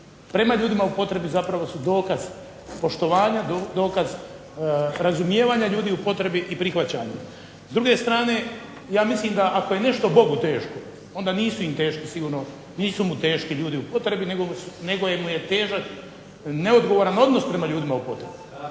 prema ljudima u potrebi zapravo su dokaz poštovanja, dokaz razumijevanja ljudi u potrebi i prihvaćanju. S druge strane, ja mislim da ako je nešto Bogu teško onda nisu mu teški ljudi u potrebi nego mu je težak neodgovoran odnos prema ljudima u potrebi.